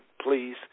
Please